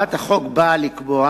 הצעת החוק נועדה לקבוע